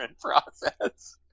process